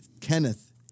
Kenneth